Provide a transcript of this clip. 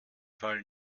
fall